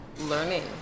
learning